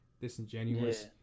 disingenuous